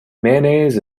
mayonnaise